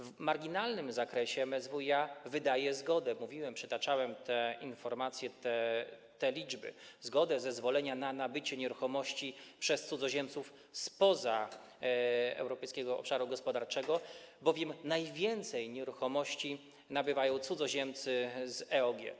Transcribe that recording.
W marginalnym zakresie MSWiA wydaje - mówiłem o tym, przytaczałem te informacje i liczby - zgodę, zezwolenia na nabycie nieruchomości przez cudzoziemców spoza Europejskiego Obszaru Gospodarczego, bowiem najwięcej nieruchomości nabywają cudzoziemcy z EOG.